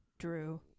Drew